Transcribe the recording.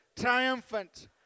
triumphant